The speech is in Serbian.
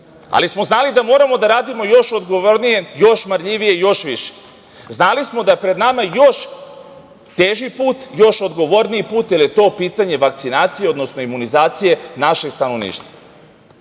ali smo znali da moramo da radimo još odgovornije, još marljivije i još više. Znali smo da pred nama još teži put, još odgovorniji put, jer je to pitanje vakcinacije, odnosno imunizacije našeg stanovništva. Mi